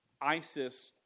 ISIS